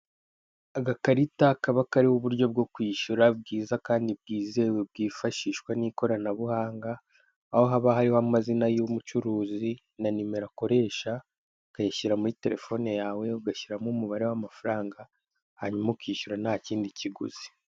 Agakarita kaba kariho uburyo bwo kwishyura bwiza kandi bwizewe bwifashishwa n'ikoranabuhanga, aho haba hariho amazina y'umucuruzi na nimero akoresha ukayashyira muri telefone yawe, ugashyiramo umubare w'amafaranga hanyuma ukishyura nta kindi kiguzi.